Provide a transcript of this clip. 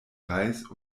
reis